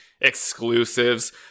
exclusives